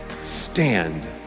stand